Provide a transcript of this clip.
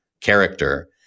character